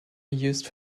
used